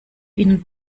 ihnen